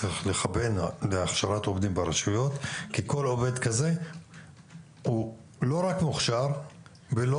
כי כל עובד כזה הוא לא רק מוכשר ולא